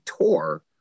tour